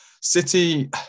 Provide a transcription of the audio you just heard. City